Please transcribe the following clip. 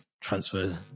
transfer